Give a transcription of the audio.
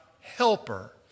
helper